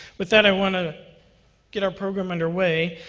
with that, i want to get our program underway,